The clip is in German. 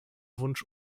wunsch